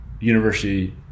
University